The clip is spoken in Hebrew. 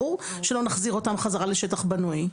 ברור שלא נחזיר אותם חזרה לשטח בנוי.